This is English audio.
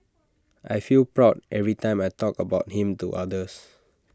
I feel proud every time I talk about him to others